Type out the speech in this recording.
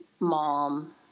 Mom